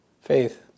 faith